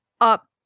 up